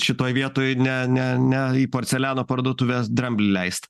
šitoj vietoj ne ne ne į porceliano parduotuves dramblį leist